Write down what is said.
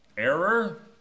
Error